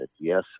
yes